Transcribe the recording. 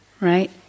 right